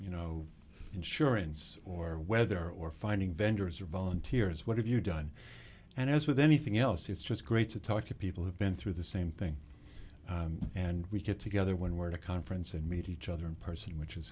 you know insurance or whether or finding vendors or volunteers what have you done and as with anything else it's just great to talk to people who've been through the same thing and we get together when we're at a conference and meet each other in person which is